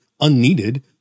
unneeded